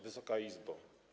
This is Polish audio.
Wysoka Izbo!